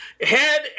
head